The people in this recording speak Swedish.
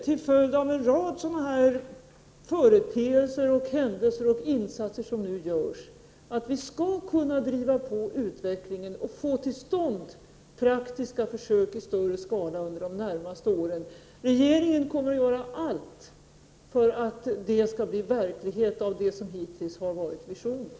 Till följd av en rad företeelser och insatser som nu görs räknar jag med att vi skall kunna driva på utvecklingen och få till stånd praktiska försök i större skala under de närmaste åren. Regeringen kommer att göra allt för att det skall bli verklighet av allt det som hittills har varit visioner.